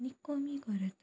आनी कमी करात